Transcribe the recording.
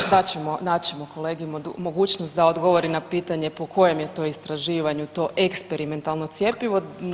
Evo dat ćemo, dat ćemo kolegi mogućnost da odgovori na pitanje po kojem je to istraživanju to eksperimentalno cjepivo.